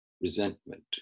resentment